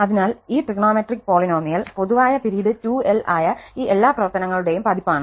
അതിനാൽ ഈ trigonometric polynomial പൊതുവായ പിരീഡ് 2l ആയ ഈ എല്ലാ പ്രവർത്തനങ്ങളുടെയും പതിപ്പ് ആണ്